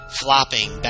flopping